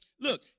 look